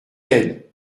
elle